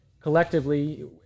collectively